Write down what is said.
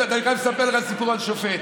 אני חייב לספר לך סיפור על שופט,